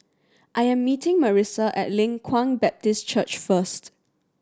I am meeting Marisa at Leng Kwang Baptist Church first